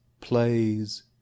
plays